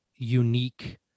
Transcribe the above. unique